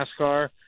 NASCAR